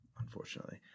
unfortunately